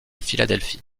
philadelphie